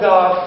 God